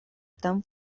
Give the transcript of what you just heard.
tan